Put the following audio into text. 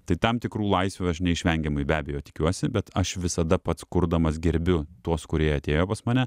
tai tam tikrų laisvių aš neišvengiamai be abejo tikiuosi bet aš visada pats kurdamas gerbiu tuos kurie atėjo pas mane